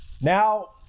Now